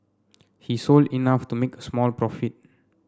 he sold enough to make a small profit